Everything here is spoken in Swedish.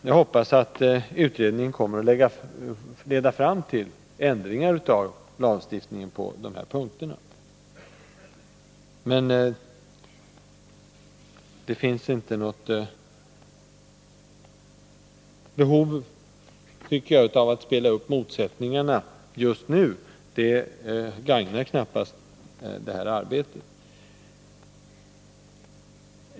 Jag hoppas att utredningen kommer att leda fram till ändringar av lagstiftningen på dessa punkter. Men det finns inte något behov av att just nu spela upp motsättningarna — det gagnar knappast detta arbete.